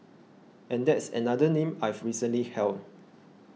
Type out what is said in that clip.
and that's another name I've recently held